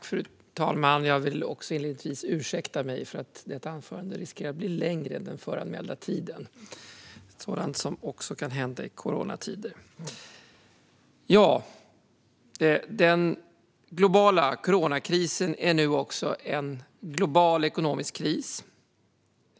Fru talman! Jag vill inledningsvis be om ursäkt för att detta anförande riskerar att bli längre än den föranmälda tiden. Sådant kan hända också i coronatider. Den globala coronakrisen är nu också en global ekonomisk kris.